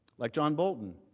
like john bolton